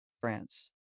France